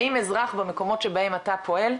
האם אזרח במקומות שבהם אתה פועל,